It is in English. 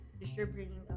distributing